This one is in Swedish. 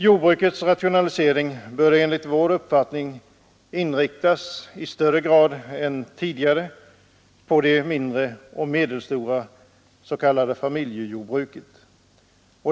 Jordbrukets rationalisering bör enligt vår uppfattning i högre grad inriktas på de mindre och medelstora s.k. familjejordbruken.